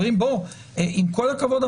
עם כל הכבוד,